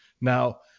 Now